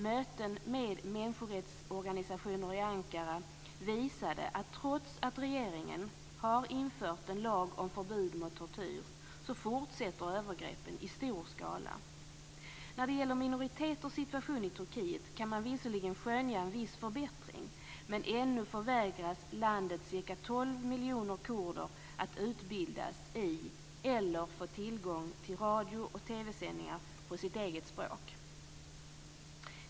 Möten med människorättsorganisationer i Ankara visade att trots att regeringen har infört en lag om förbud mot tortyr fortsätter övergreppen i stor skala. När det gäller minoriteters situation i Turkiet kan man visserligen skönja en viss förbättring, men ännu förvägras landets ca 12 miljoner kurder utbildning i eller tillgång till radio och TV-sändningar på sitt eget språk.